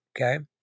okay